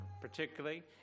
particularly